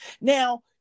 Now